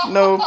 no